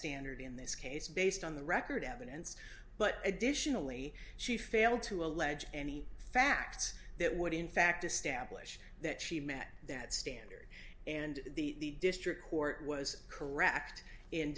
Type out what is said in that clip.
standard in this case based on the record evidence but additionally she failed to allege any facts that would in fact establish that she met that standard and the district court was correct in